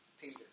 Peter